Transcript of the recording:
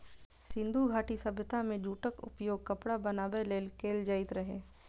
सिंधु घाटी सभ्यता मे जूटक उपयोग कपड़ा बनाबै लेल कैल जाइत रहै